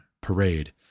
parade